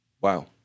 Wow